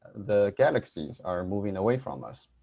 the galaxies are moving away from us.